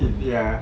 heat ya